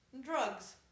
Drugs